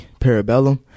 Parabellum